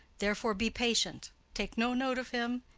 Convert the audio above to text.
therefore be patient, take no note of him.